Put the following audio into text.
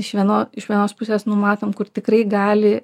iš vieno iš vienos pusės nu matom kur tikrai gali